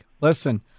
listen